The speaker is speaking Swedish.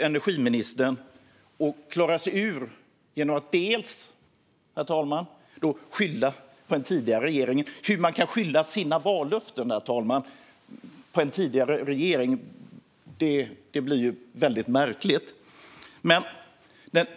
Energiministern försöker klara sig undan genom att skylla på den tidigare regeringen. Att man skyller sina vallöften på en tidigare regering är väldigt märkligt. Herr talman!